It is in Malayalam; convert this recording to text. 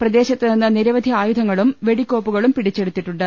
പ്രദേശത്ത്നിന്ന് നിര വധി ആയുധങ്ങളും വെടിക്കോപ്പുകളും പിടിച്ചെടുത്തിട്ടുണ്ട്